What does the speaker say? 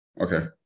Okay